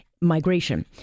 Migration